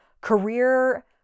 career